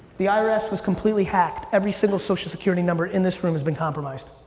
the irs was completely hacked. every single social security number in this room has been compromised.